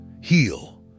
heal